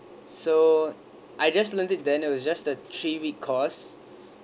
so I just learned it then it was just a three week course